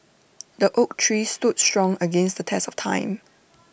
the oak tree stood strong against the test of time